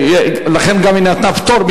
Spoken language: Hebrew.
ולכן גם היא נתנה פטור,